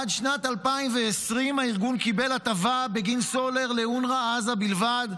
עד שנת 2020 הארגון קיבל הטבה בגין סולר לאונר"א עזה בלבד,